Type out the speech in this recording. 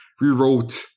rewrote